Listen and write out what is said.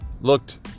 looked